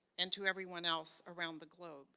and to everyone else around the globe